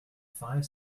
five